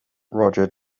roger